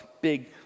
big